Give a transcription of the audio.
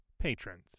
patrons